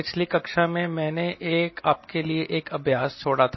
पिछली कक्षा में मैंने आपके लिए एक अभ्यास छोड़ा था